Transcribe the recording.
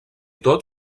tot